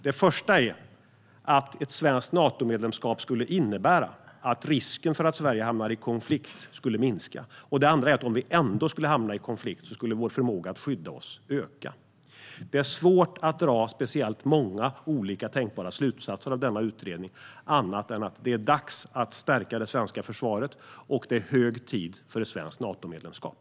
Den första är att ett svenskt Natomedlemskap skulle innebära att risken för att Sverige hamnar i konflikt skulle minska. Den andra är att om vi ändå hamnade i konflikt skulle vår förmåga att skydda oss öka. Det är svårt att dra speciellt många olika tänkbara slutsatser av denna utredning annat än att det är dags att stärka det svenska försvaret och att det är hög tid för ett svenskt Natomedlemskap.